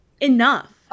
enough